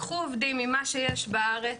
קחו עובדים ממה שיש בארץ.